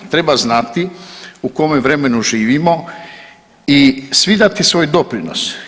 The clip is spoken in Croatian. Treba znati u kome vremenu živimo i svi dati svoj doprinos.